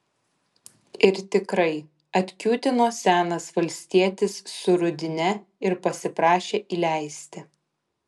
ir tikrai atkiūtino senas valstietis su rudine ir pasiprašė įleisti